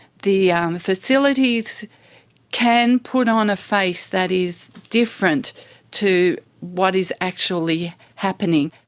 the facilities can put on a face that is different to what is actually happening.